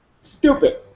stupid